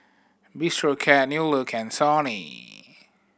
Bistro Cat New Look and Sony